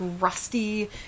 rusty